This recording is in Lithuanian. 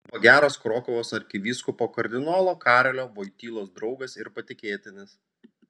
buvo geras krokuvos arkivyskupo kardinolo karolio vojtylos draugas ir patikėtinis